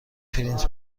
پرینت